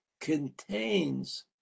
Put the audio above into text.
contains